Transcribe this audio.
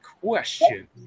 question